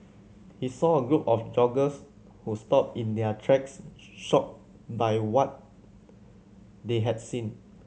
he saw a group of joggers who stopped in their tracks shocked by what they had seen